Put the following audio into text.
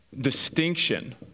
distinction